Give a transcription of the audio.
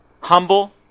humble